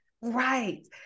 Right